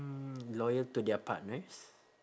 mm loyal to their partners